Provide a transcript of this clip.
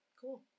cool